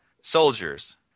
soldiers